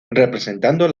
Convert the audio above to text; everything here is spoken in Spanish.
representando